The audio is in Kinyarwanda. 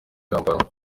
kampala